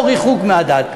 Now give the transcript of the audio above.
או ריחוק מהדת.